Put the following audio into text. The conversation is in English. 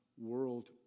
world